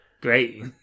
Great